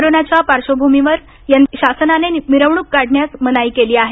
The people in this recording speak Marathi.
कोरोनाच्या पार्श्वशभ्रमीवर यंदा शासनाने मिरवण्रक काढण्यास मनाई केली आहे